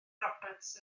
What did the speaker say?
roberts